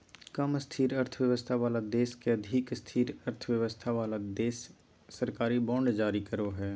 कम स्थिर अर्थव्यवस्था वाला देश के अधिक स्थिर अर्थव्यवस्था वाला देश सरकारी बांड जारी करो हय